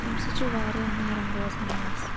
امہِ سۭتۍ چھُ واریاہ نرم روزان مس